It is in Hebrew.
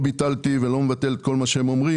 לא ביטלתי ואני לא מבטל את כל מה שהם אומרים.